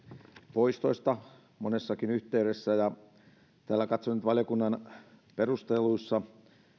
poistoista monessakin yhteydessä ja katsoin nyt että valiokunnan perusteluissa